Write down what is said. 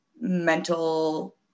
mental